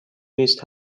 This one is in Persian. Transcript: نیست